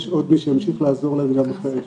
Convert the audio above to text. עוד מי שימשיך לעזור להם גם אחרי האשפוז.